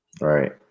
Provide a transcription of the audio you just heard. Right